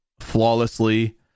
flawlessly